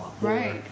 Right